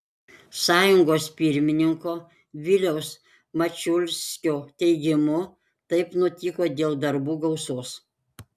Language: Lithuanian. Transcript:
sąjungos pirmininko viliaus mačiulskio teigimu taip nutiko dėl darbų gausos